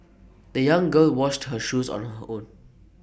the young girl washed her shoes on her own